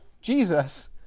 Jesus